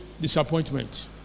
disappointment